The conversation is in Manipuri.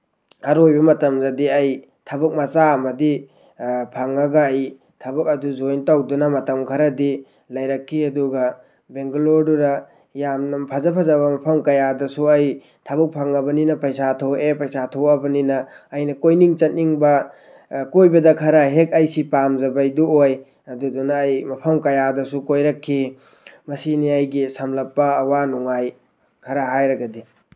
ꯑꯔꯣꯏꯕ ꯃꯇꯝꯗꯗꯤ ꯑꯩ ꯊꯕꯛ ꯃꯆꯥ ꯑꯃꯗꯤ ꯐꯪꯉꯒ ꯑꯩ ꯊꯕꯛ ꯑꯗꯨ ꯖꯣꯏꯟ ꯇꯧꯗꯨꯅ ꯃꯇꯝ ꯈꯔꯗꯤ ꯂꯩꯔꯛꯈꯤ ꯑꯗꯨꯒ ꯕꯦꯡꯒꯂꯣꯔꯗꯨꯗ ꯌꯥꯝꯅ ꯐꯖ ꯐꯖꯕ ꯃꯐꯝ ꯀꯌꯥꯗꯨꯁꯨ ꯑꯩ ꯊꯕꯛ ꯐꯪꯉꯕꯅꯤꯅ ꯄꯩꯁꯥ ꯊꯣꯛꯑꯦ ꯄꯩꯁꯥ ꯊꯣꯛꯑꯕꯅꯤꯅ ꯑꯩꯅ ꯀꯣꯏꯅꯤꯡ ꯆꯠꯅꯤꯡꯕ ꯀꯣꯏꯕꯗ ꯈꯔ ꯍꯦꯛ ꯑꯩ ꯁꯤ ꯄꯥꯝꯖꯕꯗꯨ ꯑꯣꯏ ꯑꯗꯨꯗꯨꯅ ꯑꯩ ꯃꯐꯝ ꯀꯌꯥꯗꯁꯨ ꯀꯣꯏꯔꯛꯈꯤ ꯃꯁꯤꯅꯤ ꯑꯩꯒꯤ ꯁꯝꯂꯞꯄ ꯑꯋꯥ ꯅꯨꯡꯉꯥꯏ ꯈꯔ ꯍꯥꯏꯔꯒꯗꯤ